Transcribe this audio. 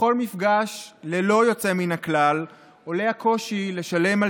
בכל מפגש ללא יוצא מן הכלל עולה הקושי לשלם על